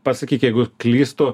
pasakyk jeigu klystu